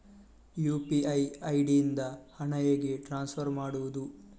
UPI ID ಇಂದ ಹಣ ಹೇಗೆ ಟ್ರಾನ್ಸ್ಫರ್ ಮಾಡುದು?